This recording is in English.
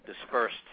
dispersed